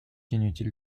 inutile